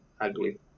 ugly